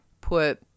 put